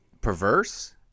perverse